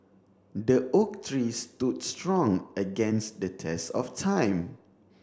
the oak tree stood strong against the test of time